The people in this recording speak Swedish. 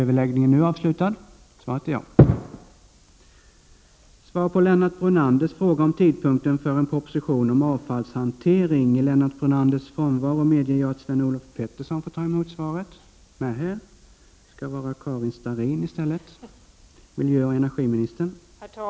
Herr talman! Lennart Brunander har frågat mig när regeringen avser lägga fram en avfallsproposition. Inom regeringskansliet pågår för närvarande arbete med sikte på en proposition till riksdagen under innevarande höst.